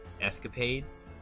escapades